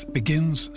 begins